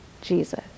Jesus